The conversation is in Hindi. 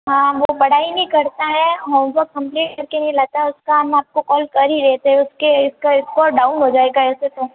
हाँ वो पढ़ाई नहीं करता है होमवर्क कंप्लीट कर के नहीं लाता है उसका हम आपको कॉल कर ही रहे थे उसके इसका स्कोर डाउन हो जाएगा ऐसे तो